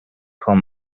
call